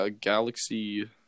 galaxy